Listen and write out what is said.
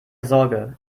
sorge